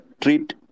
treat